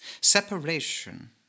separation